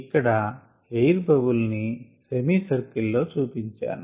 ఇక్కడ air bubble ని semicircle లో చూపించాను